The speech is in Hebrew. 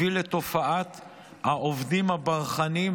הביא לתופעת העובדים הברחנים,